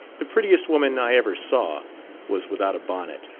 the prettiest woman i ever saw was without a bonnet,